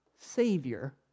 Savior